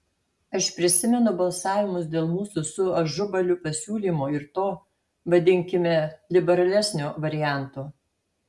aš prisimenu balsavimus dėl mūsų su ažubaliu pasiūlymo ir to vadinkime liberalesnio varianto